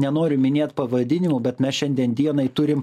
nenoriu minėt pavadinimų bet mes šiandien dienai turim